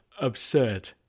absurd